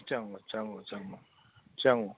चङो चङो चङो चङो